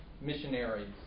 missionaries